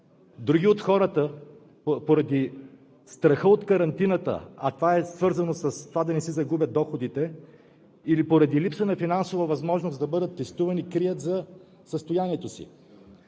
Други от хората поради страха от карантината, а това е свързано с това да не си загубят доходите, или поради липса на финансова възможност да бъдат тествани, крият за състоянието си.